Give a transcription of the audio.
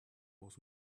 was